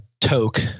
Toke